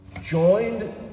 Joined